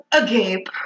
agape